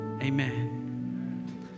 amen